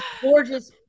Gorgeous